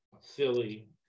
silly